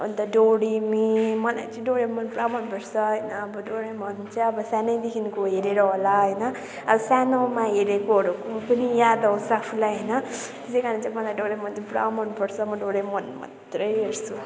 अन्त डोरेमी मलाई चाहिँ डोरेमोन पुरा मन पर्छ होइन अब डोरेमोन चाहिँ अब सानै देखिको हेरेर होला होइन सानोमा हेरेकोहरू पनि याद आउँछ आफूलाई होइन त्यसै कारण मलाई चाहिँ डोरेमोन चाहिँ पुरा मन पर्छ म डोरेमोन मात्रै हेर्छु